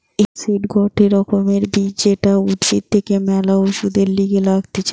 hemp seed গটে রকমের বীজ যেটা উদ্ভিদ থেকে ম্যালা ওষুধের লিগে লাগতিছে